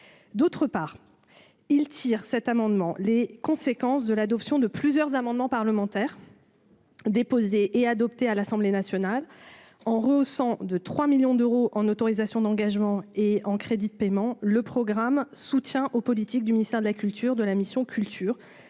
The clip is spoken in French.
d'autre part, il tire cet amendement, les conséquences de l'adoption de plusieurs amendements parlementaires déposée et adoptée à l'Assemblée nationale en ressent de 3 millions d'euros en autorisations d'engagement et en crédits de paiement, le programme, soutien aux politiques du ministère de la culture de la mission culture